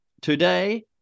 today